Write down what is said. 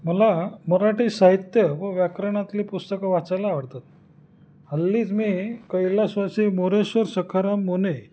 मला मराठी साहित्य व व्याकरणातली पुस्तकं वाचायला आवडतात हल्लीच मी कैलासवासी मोरेश्वर सखाराम मोने